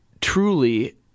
truly